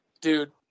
Dude